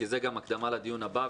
כי זו גם הקדמה לדיון הבא,